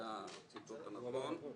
זה הציטוט הנכון,